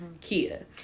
Kia